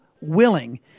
willing